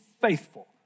faithful